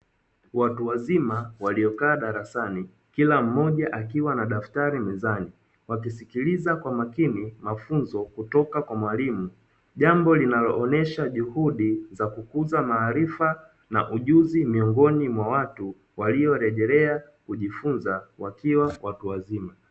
Watu wazima waliokaa darasani kila mmoja akiwa na daftari mezani, wakisikiliza kwa makini mafunzo kutoka kwa mwalimu, jambo linaloonyesha juhudi za kukuza maarifa na ujuzi miongoni mwao watu waliorejelea kujifunza wakiwa watu wazima.